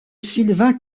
sylvain